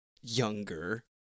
younger